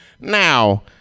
Now